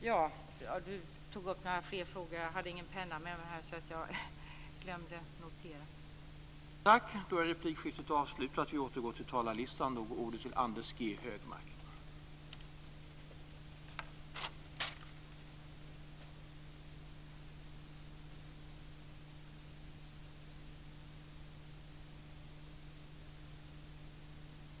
Maud Ekendahl tog upp några fler frågor, men jag hade glömt att ta med min penna och kunde inte notera dem.